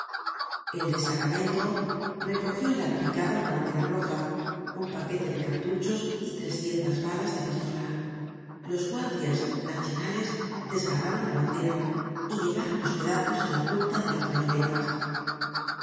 el destacamento recogió en la barricada una bandera roja un paquete de cartuchos y trescientas balas de pistola los guardias nacionales desgarraron la bandera y llevaron los pedazos en la punta de las bayonetas